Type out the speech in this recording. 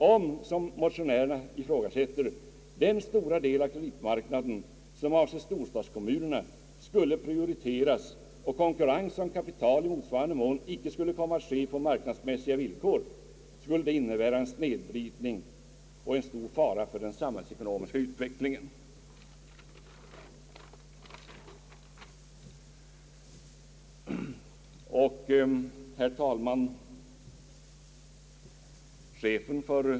Om, såsom motionärerna ifrågasätter, den stora del av kreditmarknaden som avser storstadskommunerna skulle prioriteras och konkurrens om kapitalet i motsvarande mån icke skulle komma att ske på marknadsmässiga villkor, skulle det innebära en snedvridning och en stor fara för den samhällsekonomiska utvecklingen.» Herr talman!